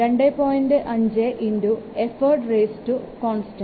5എഫോർട്ട്കോൺസ്തന്റെ